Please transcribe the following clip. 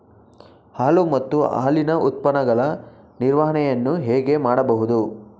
ಹಾಲು ಮತ್ತು ಹಾಲಿನ ಉತ್ಪನ್ನಗಳ ನಿರ್ವಹಣೆಯನ್ನು ಹೇಗೆ ಮಾಡಬಹುದು?